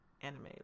anime